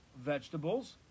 vegetables